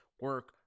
Work